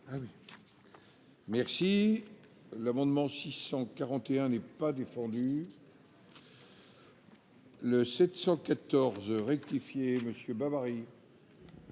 Merci l'amendement 641 n'est pas défendu. Le 714 rectifié monsieur Bovary.